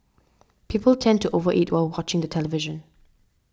people tend to over eat while watching the television